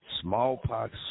Smallpox